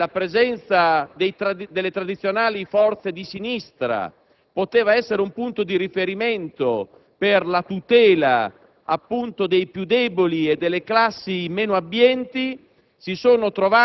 dove la presenza delle tradizionali forze di sinistra avrebbe potuto rappresentare un punto di riferimento per la tutela dei più deboli e delle classi meno abbienti,